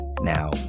Now